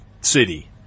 City